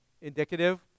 indicative